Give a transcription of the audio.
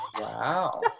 Wow